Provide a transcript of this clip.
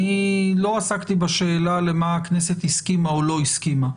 אני לא עסקתי בשאלה למה הכנסת הסכימה או לא הסכימה.